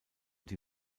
die